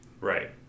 Right